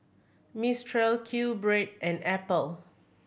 Mistral Q Bread and Apple